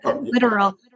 literal